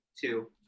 two